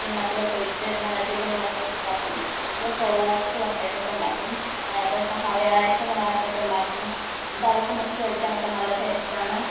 കിണ്ണത്തിലൊക്കെ ഒഴിച്ച് നല്ല അടിപൊളി വട്ടയപ്പമാക്കും നല്ല സോഫ്റ്റ് വട്ടയപ്പമൊക്കെ ഉണ്ടാക്കും പെസഹ വ്യാഴാഴ്ച്ച ഇങ്ങനെ വട്ടയപ്പമുണ്ടാക്കും എന്നിട്ട് അതൊക്കെ മുറിച്ച് കഴിക്കാനൊക്കെ നല്ല ടേസ്റ്റ് ആണ്